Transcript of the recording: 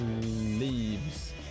leaves